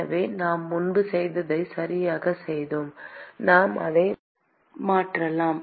எனவே நாம் முன்பு செய்ததைச் சரியாகச் செய்தோம் நாம் அதை வெப்பநிலை விநியோகத்தில் மாற்றலாம்